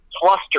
cluster